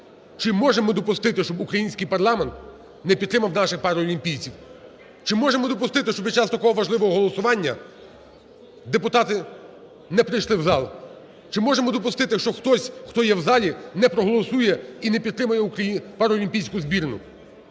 Чи можемо ми допустити, щоб український парламент не підтримав наших паралімпійців? Чи можемо ми допустити, що під час такого важливого голосування депутати не прийшли в зал? Чи можемо ми допустити, що хтось, хто є в залі, не проголосує і не підтримає паралімпійську збірну?